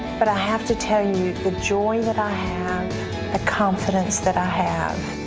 but i have to tell you, the joy that i confidence that i have,